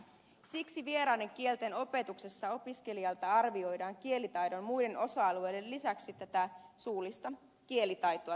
siksi tämän lakiesityksen mukaan vieraiden kielten opetuksessa opiskelijalta arvioidaan kielitaidon muiden osa alueiden lisäksi suullista kielitaitoa